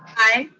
aye.